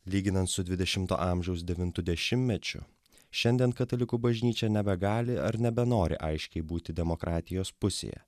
lyginant su dvidešimto amžiaus devintu dešimtmečiu šiandien katalikų bažnyčia nebegali ar nebenori aiškiai būti demokratijos pusėje